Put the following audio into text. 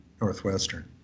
Northwestern